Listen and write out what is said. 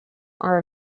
are